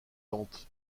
lente